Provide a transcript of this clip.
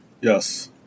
Yes